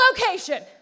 location